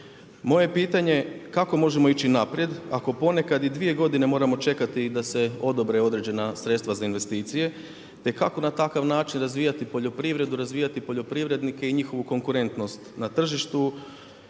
Moje pitanje, kako možemo ići naprijed ako ponekad i dvije godine moramo čekati da se odobre određena sredstva za investicije, te kako na takav način razvijati poljoprivredu, razvijati poljoprivrednike i njihovu konkurentnost na tržištu